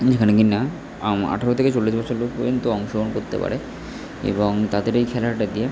যেখানে কি না আঠেরো থেকে চল্লিশ বছর লোক পর্যন্ত অংশগ্রহণ করতে পারে এবং তাদের এই খেলাটা দিয়ে